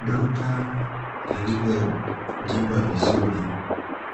Duka lililo jengwa vizuri